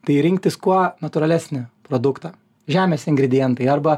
tai rinktis kuo natūralesnį produktą žemės ingredientai arba